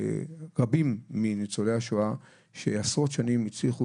רבים מניצולי השואה שעשרות שנים הצליחו